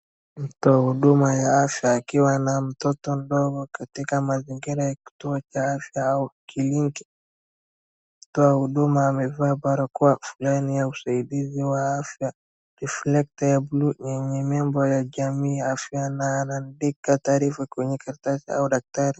Mtoa huduma wa afya akiwa na mtoto mdogo katika mazingira ya kituo cha afya au kliniki. Mtoa huduma amevaa barakoa flani ya usaidizi wa afya, reflector ya buluu yenye nembo ya jamii ya afya na anaandika taarifa kwenye karatasi au daftari.